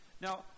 Now